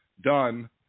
Done